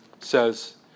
says